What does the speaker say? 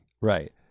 Right